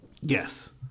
Yes